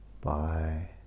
Bye